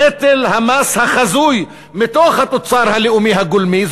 נטל המס החזוי מתוך התוצר הלאומי הגולמי.